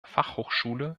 fachhochschule